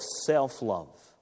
self-love